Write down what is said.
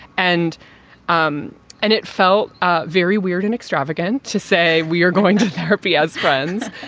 and um and it felt ah very weird and extravagant to say. we are going to therapy as friends.